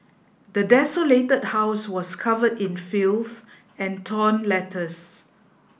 the desolated house was covered in filth and torn letters